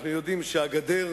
אנחנו יודעים שהגדר,